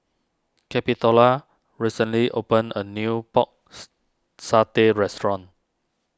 Capitola recently opened a new Pork's Satay restaurant